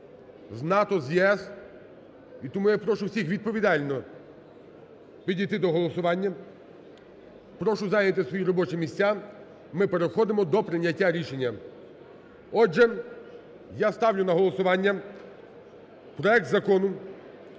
з НАТО, з ЄС. І тому я прошу всіх відповідально підійти до голосування, прошу зайняти свої робочі місця, ми переходимо до прийняття рішення. Отже, я ставлю на голосування проект Закону